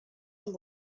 amb